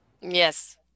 yes